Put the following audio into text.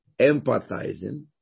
empathizing